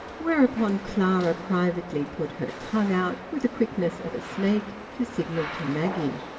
whereupon clara privately put her tongue out, with the quickness of a snake, to signal to maggie.